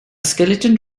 skeleton